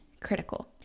critical